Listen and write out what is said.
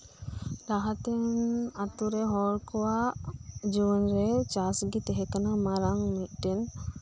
ᱞᱟᱦᱟᱛᱮᱱ ᱟᱛᱳ ᱨᱮ ᱦᱚᱲᱠᱚᱣᱟᱜ ᱡᱩᱭᱟᱹᱱ ᱨᱮ ᱪᱟᱥᱜᱮ ᱛᱟᱦᱮᱸ ᱠᱟᱱᱟ ᱢᱟᱨᱟᱝ ᱢᱤᱫᱴᱮᱱ